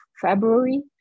February